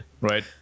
right